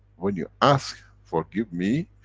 when you ask, forgive me,